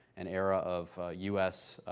an era of u s.